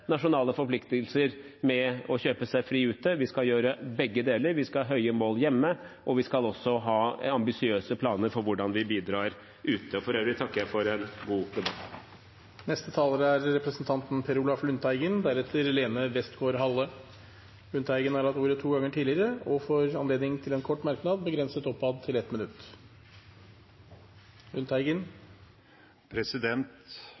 nasjonale forpliktelser med å kjøpe oss fri ute – vi skal gjøre begge deler. Vi skal ha høye mål hjemme, og vi skal ha ambisiøse planer for hvordan vi bidrar ute. For øvrig takker jeg for en god debatt. Representanten Per Olaf Lundteigen har hatt ordet to ganger tidligere og får ordet til en kort merknad, begrenset til 1 minutt.